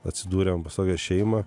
atsidūrėm pas tokią šeimą